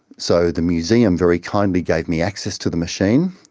so the museum very kindly gave me access to the machine.